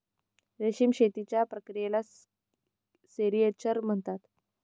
रेशीम शेतीच्या प्रक्रियेला सेरिक्चर म्हणतात